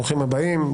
ברוכים הבאים.